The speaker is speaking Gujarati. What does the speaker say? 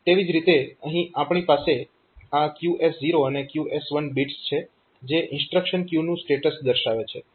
તેવી જ રીતે અહીં આપણી પાસે આ QS0 અને QS1 બિટ્સ છે જે ઇન્સ્ટ્રક્શન ક્યુ નું સ્ટેટસ દર્શાવે છે